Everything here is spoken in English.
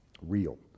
Real